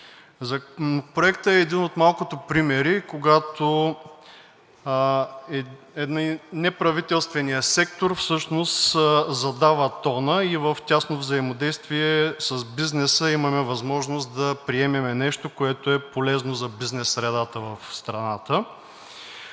Законопроектът е един от малкото примери, когато неправителственият сектор всъщност задава тона и е в тясно взаимодействие с бизнеса. Имаме възможност да приемем нещо, което е полезно за бизнес средата в страната.